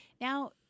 now